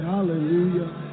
Hallelujah